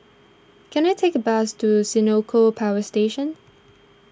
can I take a bus to Senoko Power Station